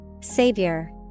Savior